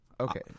Okay